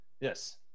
Yes